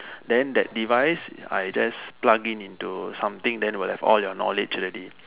then that device I just plugging into something then will have all your knowledge already